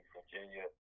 Virginia